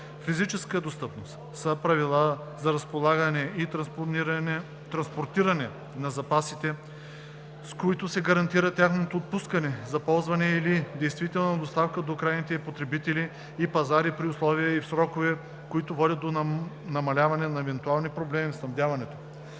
„Физическа достъпност“ са правила за разполагане и транспортиране на запасите, с които се гарантира тяхното отпускане за ползване или действителна доставка до крайните потребители и пазари при условия и в срокове, които водят до намаляване на евентуални проблеми в снабдяването.